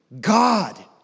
God